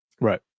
Right